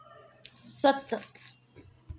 सत्त